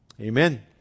amen